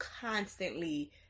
constantly